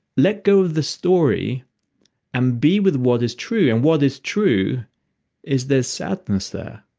let go of the story and be with what is true. and what is true is there's sadness there.